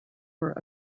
were